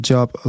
Job